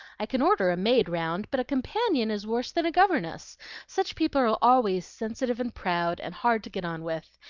i can order a maid round, but a companion is worse than a governess such people are always sensitive and proud, and hard to get on with.